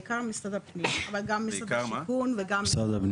בעיקר משרד הפנים אבל גם משרד השיכון ועוד,